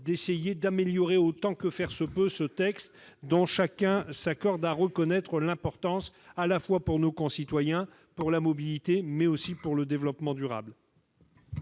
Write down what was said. essayé d'améliorer, autant que faire se peut, ce texte dont chacun s'accorde à reconnaître l'importance, à la fois pour nos concitoyens, pour la mobilité et pour le développement durable.